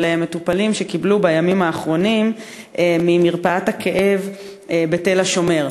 שמטופלים קיבלו בימים האחרונים ממרפאת הכאב בתל-השומר.